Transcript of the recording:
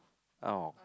oh